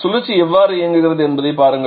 சுழற்சி எவ்வாறு இயங்குகிறது என்பதைப் பாருங்கள்